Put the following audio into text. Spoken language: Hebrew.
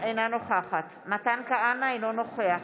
אינה נוכחת מתן כהנא, אינו נוכח